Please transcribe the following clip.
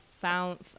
found